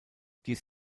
dies